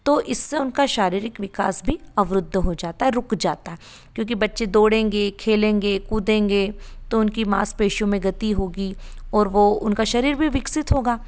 तो इससे उनका शारीरिक विकास भी अवरुद्ध हो जाता है रुक जाता है क्योंकि बच्चे दौड़ेंगे खेलेंगे कूदेंगे तो उनकी मांसपेशियों में गति होगी और वो उनका शरीर भी विकसित होगा